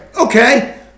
okay